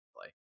play